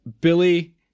Billy